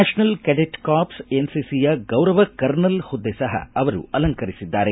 national cadet corps ಎನ್ಸಿಸಿಯ ಗೌರವ colonel ಹುದ್ದೆ ಸಹ ಅವರು ಅಲಂಕರಿಸಿದ್ದಾರೆ